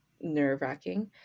nerve-wracking